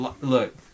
look